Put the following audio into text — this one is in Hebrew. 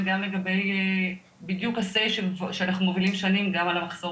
זה בדיוק האמירה שאנחנו מובילים שנים על המחסור